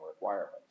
requirements